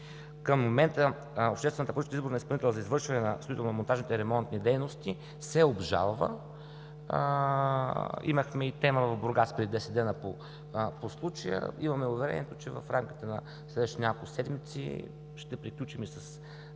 Към момента обществената поръчка за избор на изпълнител за извършване на строително-монтажните ремонтни дейности се обжалва. Имахме и тема в Бургас преди 10 дни по случая. Имаме уверението, че в рамките на следващите няколко седмици ще бъде